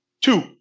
Two